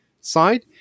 side